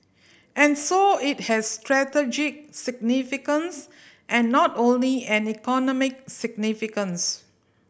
and so it has strategic significance and not only an economic significance